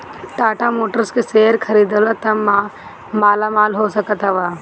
टाटा मोटर्स के शेयर खरीदबअ त मालामाल हो सकत हवअ